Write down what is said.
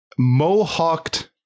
mohawked